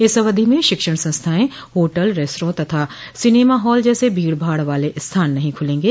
इस अवधि में शिक्षण संस्थाएं होटल रेस्तरा तथा सिनेमा हाल जैसे भीड़ भाड़ वाले स्थान नहीं खूलेंगे